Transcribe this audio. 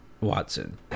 Watson